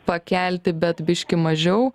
pakelti bet biškį mažiau